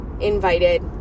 invited